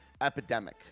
epidemic